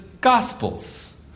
gospels